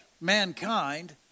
mankind